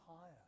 higher